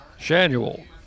Shanuel